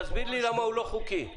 תסביר לי למה הוא לא חוקי.